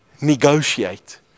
negotiate